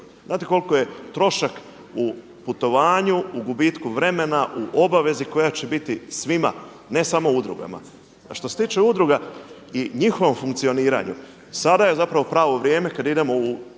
Znate koliko je trošak u putovanju, u gubitku vremena, u obavezi koja će biti svima, ne samo udrugama. A što se tiče udruga i njihovom funkcioniranju sada je zapravo pravo vrijeme kada idemo u